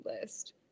list